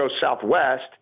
Southwest